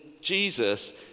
Jesus